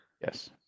Yes